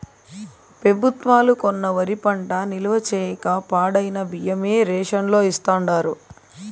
పెబుత్వాలు కొన్న వరి పంట నిల్వ చేయక పాడైన బియ్యమే రేషన్ లో ఇస్తాండారు